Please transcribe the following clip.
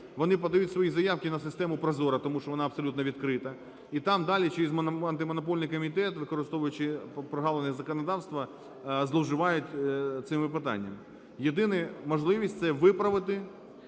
Вони подають свої заявки на систему ProZorro, тому що вона абсолютно відкрита. І там далі через Антимонопольний комітет, використовуючи прогалини законодавства, зловживають цими питаннями. Єдина можливість - це виправити